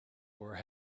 were